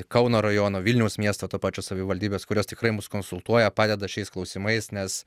kauno rajono vilniaus miesto to pačio savivaldybės kurios tikrai mus konsultuoja padeda šiais klausimais nes